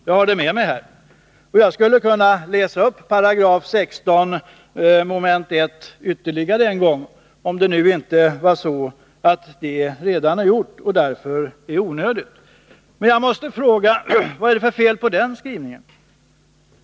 Jag har det med mig, och jag skulle kunna läsa upp 16 § 1 mom. , men det är onödigt eftersom det redan har gjorts. Vad är det för fel på den skrivningen?